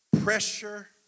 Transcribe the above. Pressure